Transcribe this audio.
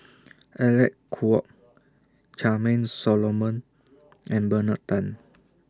Alec Kuok Charmaine Solomon and Bernard Tan